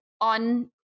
on